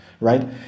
right